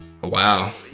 wow